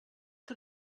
que